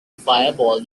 fireball